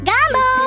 Gumbo